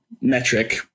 metric